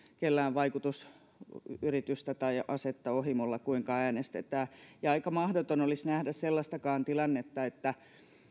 kellään vaikutusyritystä tai asetta ohimolla kuinka äänestetään ja aika mahdoton olisi nähdä sellaistakaan tilannetta että